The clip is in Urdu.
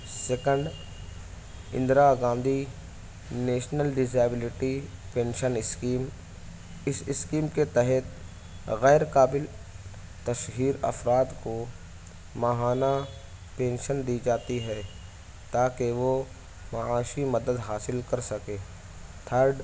second Indira Gandhi national disability pension scheme اس اسکیم کے تحت غیر قابل تشہیر افراد کو ماہانہ پینشن دی جاتی ہے تاکہ وہ معاشی مدد حاصل کر سکیں تھرڈ